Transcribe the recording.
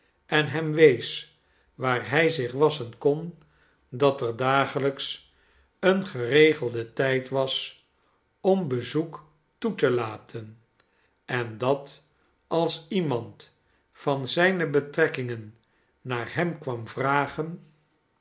en hem wees waar hij zich wasschen kon dat er dagelijks een geregelde tijd was om bezoek toe te laten en dat als iemand van zijne betrekkingen naar hem kwam vragen